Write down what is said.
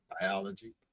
biology